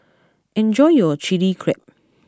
enjoy your Chili Crab